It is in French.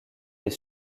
est